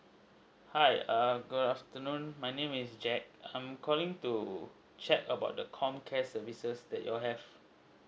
hi err good afternoon my name is jack I'm calling to check about the comcare services that you all have